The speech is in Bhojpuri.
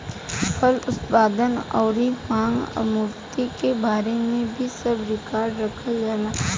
फसल उत्पादन अउरी मांग आपूर्ति के बारे में भी सब रिकार्ड रखल जाला